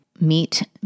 meet